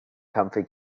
comfy